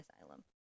asylum